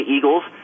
Eagles